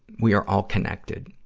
we are all connected.